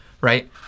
right